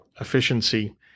efficiency